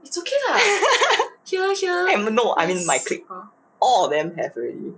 I mean no I mean my clique all them have already